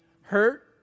hurt